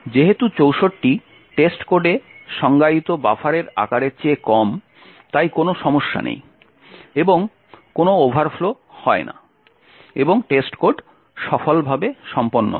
যেহেতু 64 টেস্ট কোডে সংজ্ঞায়িত বাফারের আকারের চেয়ে কম তাই কোন সমস্যা নেই এবং কোন ওভারফ্লো হয় না এবং টেস্ট কোড সফলভাবে সম্পন্ন হয়